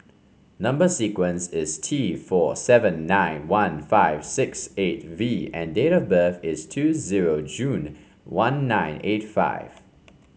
number sequence is T four seven nine one five six eight V and date of birth is two zero June one nine eight five